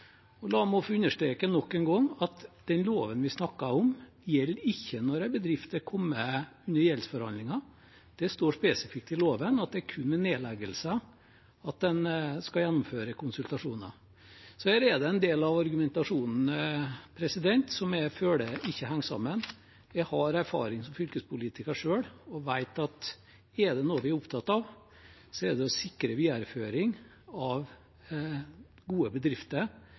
La meg få understreke nok en gang at den loven vi snakker om, ikke gjelder når en bedrift er kommet under gjeldsforhandlinger. Det står spesifikt i loven at det kun er ved nedleggelser at en skal gjennomføre konsultasjoner. Her er det en del av argumentasjonen som jeg føler ikke henger sammen. Jeg har erfaring som fylkespolitiker selv og vet at er det noe vi er opptatt av, er det å sikre videreføring av gode bedrifter